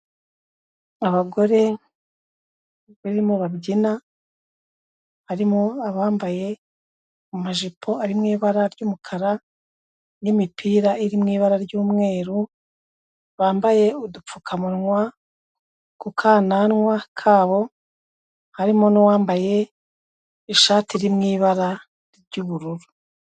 Abagore barimo babyina, barimo abambaye amajipo ari mu ibara ry'umukara n'imipira iri mu ibara ry'umweru, bambaye udupfukamunwa ku kananwa k'abo, harimo n'uwambaye ishati iri mu ibara ry'ubururu.